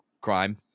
crime